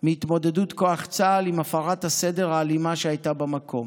מהתמודדות כוח צה"ל עם הפרת הסדר האלימה שהייתה במקום.